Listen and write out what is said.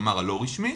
כלומר הלא רשמית,